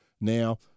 Now